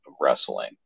wrestling